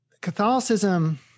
Catholicism